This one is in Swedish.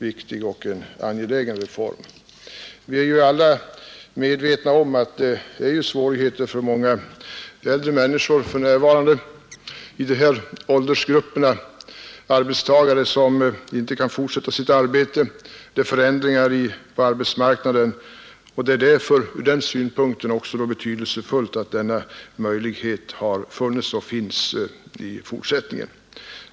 Vi är ju alla medvetna om att det finns svårigheter för närvarande för många arbetstagare i de här åldersgrupperna. De kan inte fortsätta sitt arbete, det blir förändringar på arbetsmarknaden osv. Också ur den synpunkten är det betydelsefullt att denna möjlighet har funnits och finns i fortsättningen.